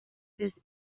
this